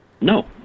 No